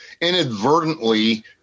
inadvertently